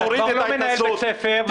תוריד את ההתנשאות שלך.